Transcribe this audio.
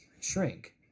shrink